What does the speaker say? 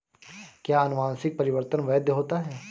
क्या अनुवंशिक परिवर्तन वैध होता है?